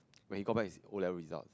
when he got back his O-level result